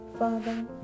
Father